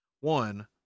one